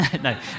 no